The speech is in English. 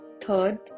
third